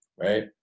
right